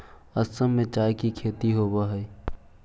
असम में चाय के खेती होवऽ हइ